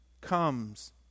comes